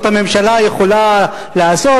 זאת הממשלה יכולה לעשות,